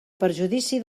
perjudici